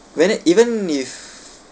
when it even if